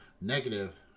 negative